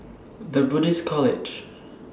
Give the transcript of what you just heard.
The Buddhist College